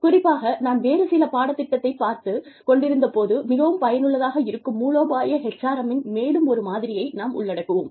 குறிப்பாக நான் வேறு சில பாடத் திட்டத்தைப் பார்த்துக் கொண்டிருந்த போது மிகவும் பயனுள்ளதாக இருக்கும் மூலோபாய HRM இன் மேலும் ஒரு மாதிரியை நாம் உள்ளடக்குவோம்